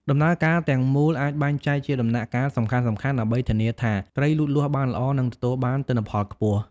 ដំណើរការទាំងមូលអាចបែងចែកជាដំណាក់កាលសំខាន់ៗ ដើម្បីធានាថាត្រីលូតលាស់បានល្អ និងទទួលបានទិន្នផលខ្ពស់។